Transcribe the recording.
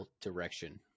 direction